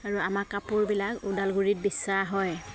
আৰু আমাৰ কাপোৰবিলাক ওদালগুৰিত বেচা হয়